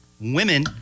women